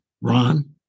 Ron